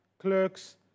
clerks